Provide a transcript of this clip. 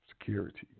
security